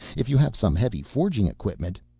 if you have some heavy forging equipment.